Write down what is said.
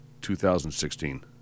2016